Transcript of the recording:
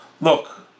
look